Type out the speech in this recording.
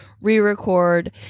re-record